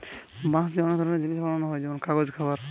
বাঁশ দিয়ে অনেক ধরনের জিনিস বানানা হচ্ছে যেমন কাগজ, খাবার